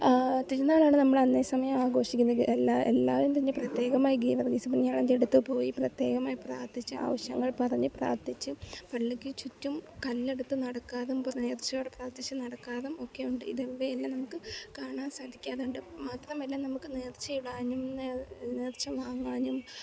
തിരുനാളാണ് നമ്മൾ തന്നെ സമയം ആഘോഷിക്കുന്നത് എല്ലാ എല്ലാവരും തന്നെ പ്രത്യേകമായി ഗീവർഗീസ് പുണ്യാളൻ്റെ അടുത്ത് പോയി പ്രത്യേകമായി പ്രാർത്ഥിച്ച് ആവശ്യങ്ങൾ പറഞ്ഞു പ്രാർത്ഥിച്ച് പള്ളിക്ക് ചുറ്റും കല്ലെടുത്ത് നടക്കാനും നേർച്ചയുടെ പ്രാർത്ഥിച്ച് നടക്കാനും ഒക്കെയുണ്ട് ഇത് നമുക്ക് കാണാൻ സാധിക്കാറുമുണ്ട് മാത്രമല്ല നമുക്ക് നേർച്ച ഇടാനും നേർച്ച വാങ്ങാനും